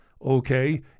Okay